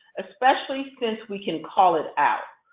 especially since we can call it out.